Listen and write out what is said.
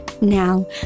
Now